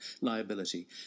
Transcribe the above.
liability